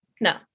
No